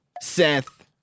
Seth